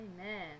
Amen